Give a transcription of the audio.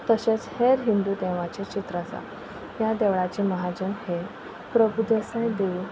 तशेंच हेर हिंदू देवांचें चित्र आसा ह्या देवळाचें महाजन हे प्रभुदेसाय देव